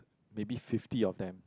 maybe fifty of them